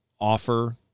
offer